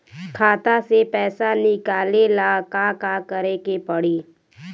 खाता से पैसा निकाले ला का का करे के पड़ी?